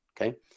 okay